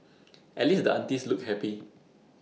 at least the aunties looked happy